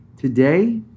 Today